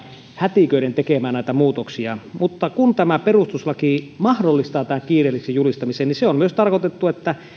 hätiköiden tekemään näitä muutoksia mutta kun perustuslaki mahdollistaa tämän kiireelliseksi julistamisen niin on myös tarkoitettu että